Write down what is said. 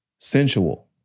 Sensual